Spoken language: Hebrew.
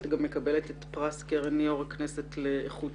את גם זוכת פרס יושב-ראש הכנסת לאיכות